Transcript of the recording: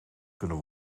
kunnen